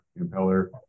impeller